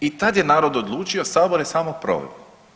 I tad je narod odlučio sabor je samo proveo.